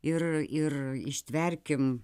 ir ir ištverkim